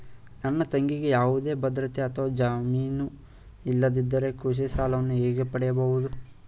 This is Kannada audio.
ನನ್ನ ತಂಗಿಗೆ ಯಾವುದೇ ಭದ್ರತೆ ಅಥವಾ ಜಾಮೀನು ಇಲ್ಲದಿದ್ದರೆ ಕೃಷಿ ಸಾಲವನ್ನು ಹೇಗೆ ಪಡೆಯಬಹುದು?